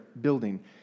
building